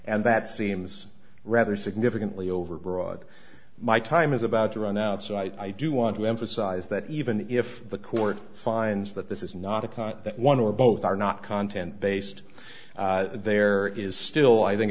and that seems rather significantly overbroad my time is about to run out so i do want to emphasize that even if the court finds that this is not a con that one or both are not content based there is still i think